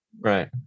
Right